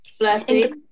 Flirty